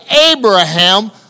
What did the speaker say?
Abraham